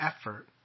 effort